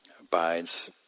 Abides